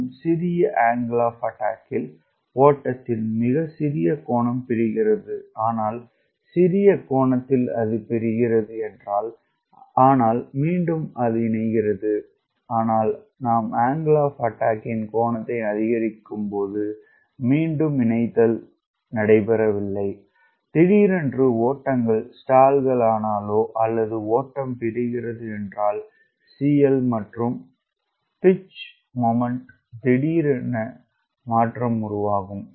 மிகவும் சிறிய angle of அட்டாக்யில் ஓட்டத்தின் மிகச் சிறிய கோணம் பிரிக்கிறது ஆனால் சிறிய கோணத்தில் அது பிரிக்கிறது ஆனால் மீண்டும் இணைக்கிறது ஆனால் நாம் அங்கிள் ஆப் அட்டாக்யின் கோணத்தை அதிகரிக்கும்போது மீண்டும் இணைத்தல் இல்லை திடீரென்று ஓட்டம் ஸ்டால்கள் ஆனாலோ அல்லது ஓட்டம் பிரிக்கிறது என்றால் CL மற்றும் மற்றும் பிட்ச் மொமெண்ட்ல் திடீர் மாற்றம் உருவாகும்